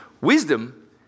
Wisdom